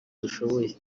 dushoboye